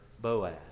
Boaz